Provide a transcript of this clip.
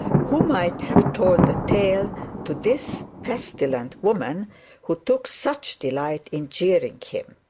who might have told the tale to this pestilent woman who took such delight in jeering him.